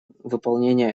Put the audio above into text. выполнение